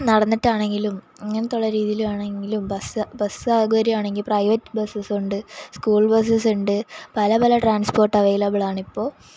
നടന്നിട്ടാണെങ്കിലും ഇങ്ങനത്തൊള്ള രീതിയിലാണെങ്കിലും ബസ്സ് സൗകര്യമാണെങ്കില് പ്രൈവറ്റ് ബസ്സസുണ്ട് സ്കൂൾ ബസ്സസുണ്ട് പല പല ട്രാൻസ്പോർട്ട് അവൈലബിളാണിപ്പോള്